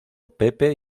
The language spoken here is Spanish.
pepe